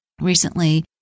recently